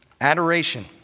Adoration